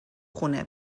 خونه